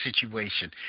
situation